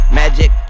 magic